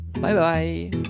Bye-bye